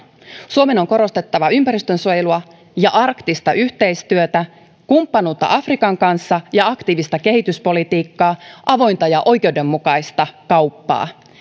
suomen on korostettava ympäristönsuojelua ja arktista yhteistyötä kumppanuutta afrikan kanssa ja aktiivista kehityspolitiikkaa avointa ja oikeudenmukaista kauppaa